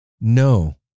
No